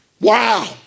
wow